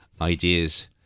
ideas